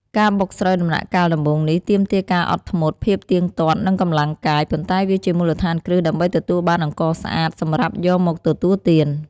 ការបុកស្រូវដំណាក់កាលដំបូងនេះ ទាមទារការអត់ធ្មត់ ភាពទៀងទាត់ និងកម្លាំងកាយ ប៉ុន្តែវាជាមូលដ្ឋានគ្រឹះដើម្បីទទួលបានអង្ករស្អាតសម្រាប់យកមកទទួលទាន។